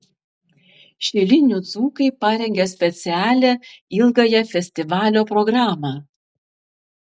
šilinių dzūkai parengė specialią ilgąją festivalio programą